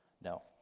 No